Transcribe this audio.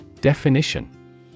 Definition